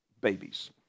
babies